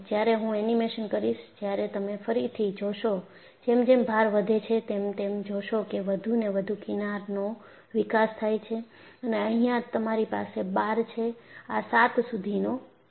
જ્યારે હું એનિમેશન કરીશ ત્યારે તમે ફરીથી જોશો જેમ જેમ ભાર વધે છે તેમ તમે જોશો કે વધુ અને વધુ કિનારનો વિકાસ થાય છે અને અહીંયા તમારી પાસે બાર છે આ 7 સુધીનો છે